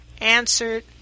answered